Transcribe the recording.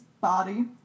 body